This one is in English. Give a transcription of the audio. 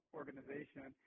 organization